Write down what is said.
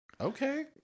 Okay